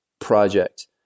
project